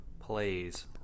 plays